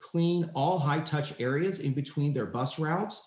clean all high-touch areas in between their bus routes,